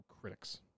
critics